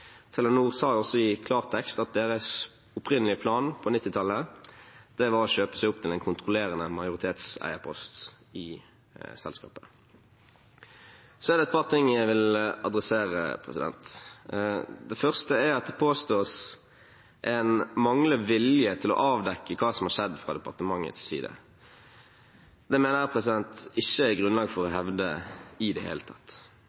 Telenor sa også i klartekst at deres opprinnelige plan på 1990-tallet var å kjøpe seg opp til en kontrollerende majoritetseierpost i selskapet. Så er det et par ting jeg vil adressere. Det første er at det påstås at det er en manglende vilje til å avdekke hva som har skjedd fra departementets side. Det mener jeg at det ikke er grunnlag for å hevde i det hele tatt.